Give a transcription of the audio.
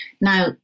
Now